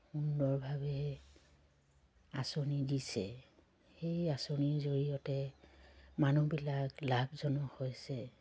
সুন্দৰভাৱে আঁচনি দিছে সেই আঁচনিৰ জৰিয়তে মানুহবিলাক লাভজনক হৈছে